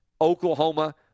Oklahoma